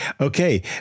Okay